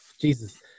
Jesus